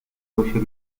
social